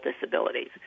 disabilities